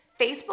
Facebook